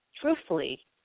truthfully